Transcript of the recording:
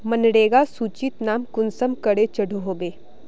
मनरेगा सूचित नाम कुंसम करे चढ़ो होबे?